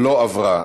לא התקבלה.